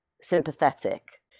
sympathetic